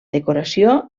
decoració